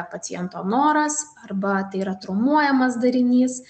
paciento noras arba tai yra traumuojamas darinys